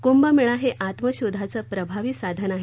कुंभमेळा हे आत्मशोधाचं प्रभावी साधन आहे